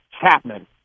Chapman